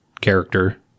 character